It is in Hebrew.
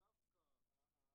אלי אלאלוף (יו"ר ועדת העבודה,